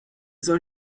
soll